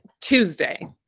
Tuesday